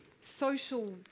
social